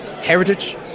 heritage